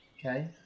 Okay